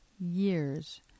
years